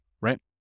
right